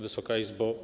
Wysoka Izbo!